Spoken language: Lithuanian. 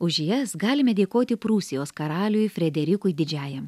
už jas galime dėkoti prūsijos karaliui frederikui didžiajam